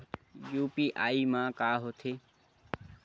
UPI मा का होथे?